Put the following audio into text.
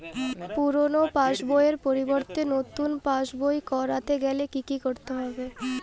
পুরানো পাশবইয়ের পরিবর্তে নতুন পাশবই ক রতে গেলে কি কি করতে হবে?